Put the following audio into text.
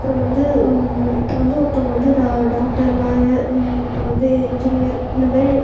அப்புறம் வந்து இப்போ வந்து ஒருத்தவங்க வந்து டா டாக்டர் லாயர் அப்புறம் வந்து இன்ஜினியர் இந்த மாதிரி